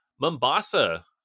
Mombasa